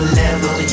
level